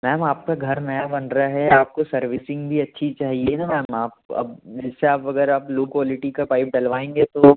ma'am आपका घर नया बन रहा है आपको सर्विसिंग भी अच्छी चाहिए तो मैम आप अब वगैरह आप लो क्वालिटी का पाइप डलवाएंगे तो